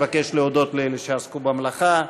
מבקש להודות לאלה שעסקו במלאכה.